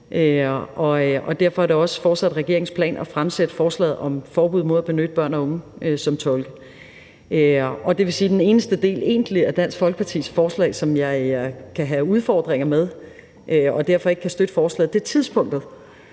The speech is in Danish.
derfor er det også fortsat regeringens plan at fremsætte forslaget om forbud mod at benytte børn og unge som tolke. Og det vil sige, at den eneste del af Dansk Folkepartis forslag, som jeg egentlig kan have udfordringer med og derfor ikke kan støtte, er delen om tidspunktet,